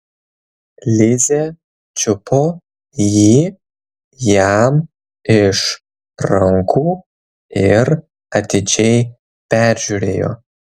lizė čiupo jį jam iš rankų ir atidžiai peržiūrėjo